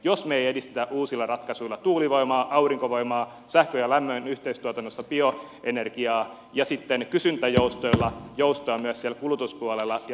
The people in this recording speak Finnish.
jos me emme edistä uusilla ratkaisuilla tuulivoimaa aurinkovoimaa sähkön ja lämmön yhteistuotannossa bioenergiaa ja sitten kysyntäjoustoilla joustoa myös siellä kulutuspuolella ja laitteisiin